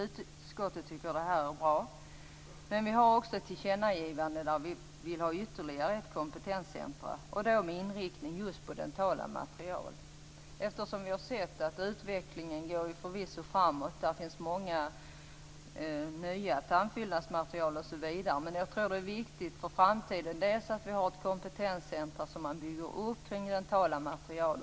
Utskottet tycker att detta är bra, men vi har också gjort ett tillkännagivande om att vi vill ha ytterligare ett kompetenscentrum med inriktning just på dentala material. Utvecklingen går förvisso framåt. Det finns många nya tandfyllnadsmaterial, osv. Jag tror att det är viktigt för framtiden att vi bygger upp ett kompetenscentrum kring dentala material.